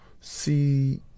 see